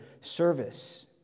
service